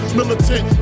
Militant